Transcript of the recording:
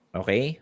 okay